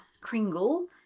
Kringle